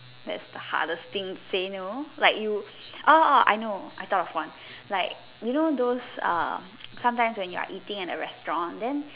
that's the hardest thing to say no like you orh I know I thought of one like you know those uh sometimes when you are eating at a restaurant then